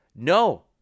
No